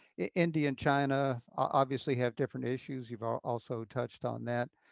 india and china, obviously, have different issues. you've ah also touched on that.